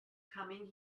coming